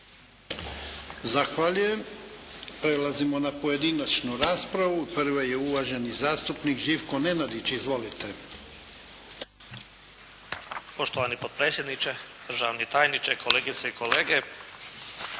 Zahvaljujem. Prelazimo na pojedinačnu raspravu. Prvi je uvaženi zastupnik Živko Nenadić. Izvolite. **Nenadić, Živko (HDZ)** Poštovani potpredsjedniče, državni tajniče, kolegice i kolege.